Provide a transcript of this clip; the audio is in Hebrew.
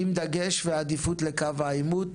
עם דגש ועדיפות לקו העימות